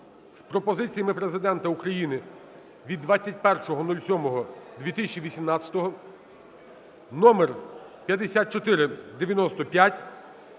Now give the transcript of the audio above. з пропозиціями Президента України (від 21.07.2018 № 5495).